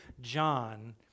John